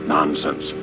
Nonsense